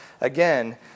Again